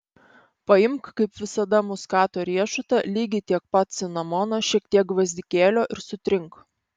paimk kaip visada muskato riešutą lygiai tiek pat cinamono šiek tiek gvazdikėlio ir sutrink